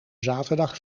zaterdag